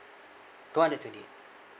two hundred twenty